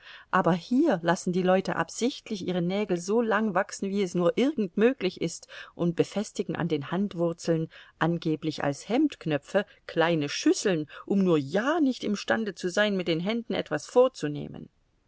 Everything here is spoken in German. aber hier lassen die leute absichtlich ihre nägel so lang wachsen wie es nur irgend möglich ist und befestigen an den handwurzeln angeblich als hemdknöpfe kleine schüsseln um nur ja nicht imstande zu sein mit den händen etwas vorzunehmen